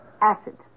Acid